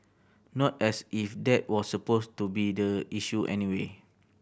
not as if that was supposed to be the issue anyway